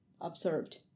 observed